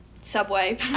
Subway